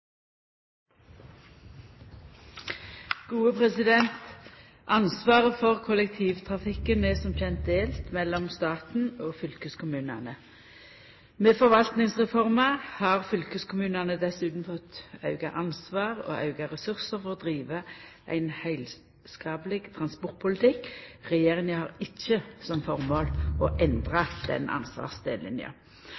Ansvaret for kollektivtrafikken er som kjent delt mellom staten og fylkeskommunane. Med forvaltningsreforma har fylkeskommunane dessutan fått auka ansvar og auka ressursar til å driva ein heilskapleg transportpolitikk. Regjeringa har ikkje som formål å endra